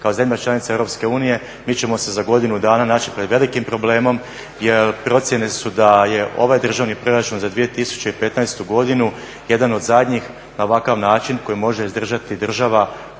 kao zemlja članica EU mi ćemo se za godinu dana naći pred velikim problemom. Jer procjene su da je ovaj državni proračun za 2015. godinu jedan od zadnjih na ovakav način koji može izdržati država